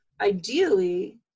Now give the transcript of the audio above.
ideally